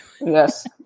Yes